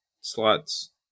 slots